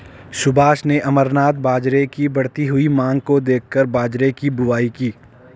सुभाष ने अमरनाथ बाजरे की बढ़ती हुई मांग को देखकर बाजरे की बुवाई की